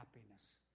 happiness